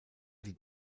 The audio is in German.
die